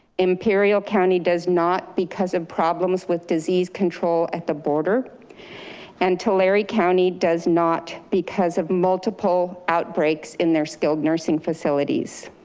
imperial county does not because of problems with disease control at the border and tulare county does not because of multiple outbreaks in their skilled nursing facilities.